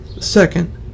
Second